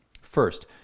First